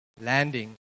landing